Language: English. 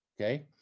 okay